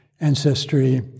ancestry